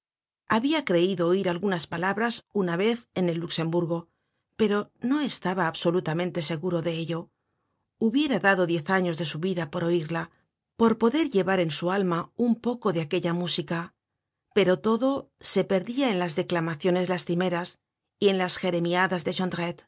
habia creido oir algunas palabras una vez enelluxemburgo pero no estaba absolutamente seguro de ello hubiera dado diez años de su vida por oiría por poder llevar en su alma un poco de aquella música pero todo se perdia en las declamaciones lastimeras y en las jeremiadas de